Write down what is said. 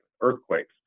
earthquakes